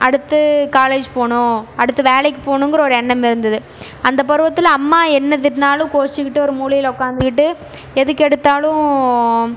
அடுத்து காலேஜ் போவணும் அடுத்து வேலைக்குப் போவணுங்கிற ஒரு எண்ணம் இருந்துது அந்தப் பருவத்தில் அம்மா என்ன திட்டுனாலும் கோச்சிக்கிட்டு ஒரு மூலையில் உட்காந்துக்கிட்டு எதுக்கெடுத்தாலும்